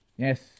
Yes